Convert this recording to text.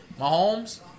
Mahomes